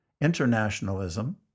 internationalism